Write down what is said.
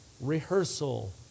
rehearsal